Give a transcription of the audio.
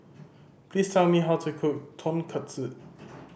please tell me how to cook Tonkatsu